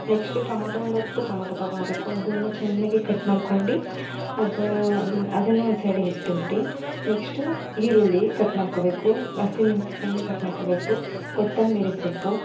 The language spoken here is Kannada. ನೆಕ್ಶ್ಟ್ ಟಮೋಟೊ ಒಂದು ಹತ್ತು ಟೊಮೋಟೊ ತಗೊಬೇಕು ಅದನ್ನ ಚೆನ್ನಾಗಿ ಕಟ್ ಮಾಡ್ಕೊಂಡು ಅದು ಅದನ್ನು ಒಂದು ಸೈಡಿಗೆ ಇಟ್ಬಿಟ್ಟು ನೆಕ್ಶ್ಟು ಈರುಳ್ಳಿ ಕಟ್ ಮಾಡ್ಕೊಬೇಕು ಹಸಿಮೆಣ್ಸಿಕಾಯ್ನ ಕಟ್ ಮಾಡ್ಕೊಬೇಕು ಕೊತ್ತಂಬರಿ ಸೊಪ್ಪು